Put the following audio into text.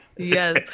Yes